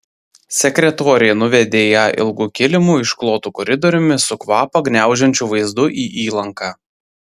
sekretorė nuvedė ją ilgu kilimu išklotu koridoriumi su kvapą gniaužiančiu vaizdu į įlanką